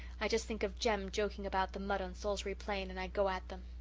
i just think of jem joking about the mud on salisbury plain and i go at them.